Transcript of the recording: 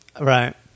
Right